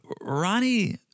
Ronnie